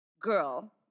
girl